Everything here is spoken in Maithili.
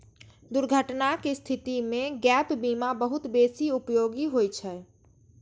दुर्घटनाक स्थिति मे गैप बीमा बहुत बेसी उपयोगी होइ छै